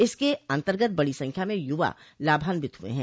इसके अन्तर्गत बड़ो संख्या में युवा लाभान्वित हुए हैं